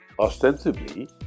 Ostensibly